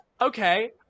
Okay